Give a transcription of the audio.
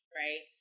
right